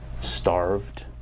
starved